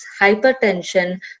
hypertension